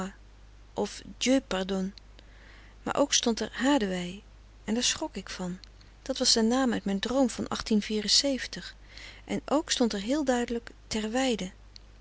of dieu pardonne maar ook stond er hadewy en daar schrok ik van dat was de naam uit mijn droom van n ook stond er heel duidelijk terweyde